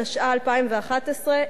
התשע"א 2011,